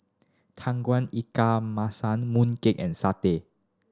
Tauge Ikan Masin mooncake and satay